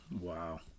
Wow